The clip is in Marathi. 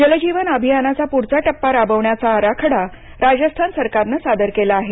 जल जीवन अभियानाचा पुढचा टप्पा राबवण्याचा आराखडा राजस्थान सरकारनं सादर केला आहे